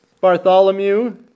Bartholomew